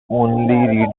only